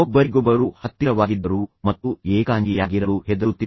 ಆದ್ದರಿಂದ ಅವರು ಫೋನ್ ಬಳಸುತ್ತಿದ್ದರು ಆದರೆ ಅವರು ಏಕಾಂಗಿಯಾಗಿರಲು ಸಹ ಹೆದರುತ್ತಿದ್ದರು